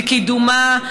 בקידומה,